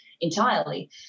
entirely